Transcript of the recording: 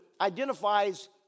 identifies